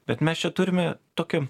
bet mes čia turime tokį